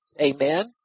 Amen